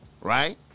right